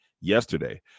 yesterday